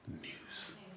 news